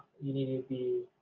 you need to be